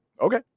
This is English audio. okay